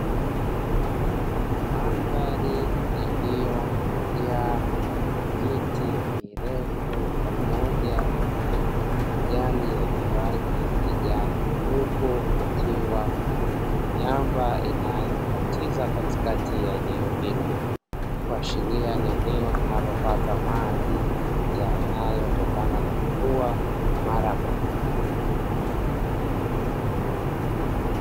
Mandhari iliyojaa miti mirefu pamoja na majani yenye rangi ya kijani. Huku kukiwa na miamba inayokatiza katikati ya eneo hilo, kuashiria ni eneo linalopata maji yanayotokana na mvua mara kwa mara.